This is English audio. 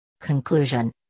Conclusion